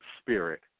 spirit